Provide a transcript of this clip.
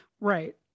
right